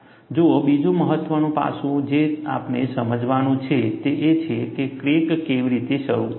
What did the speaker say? જુઓ બીજું મહત્ત્વનું પાસું જે આપણે સમજવાનું છે તે એ છે કે ક્રેક કેવી રીતે શરૂ થાય છે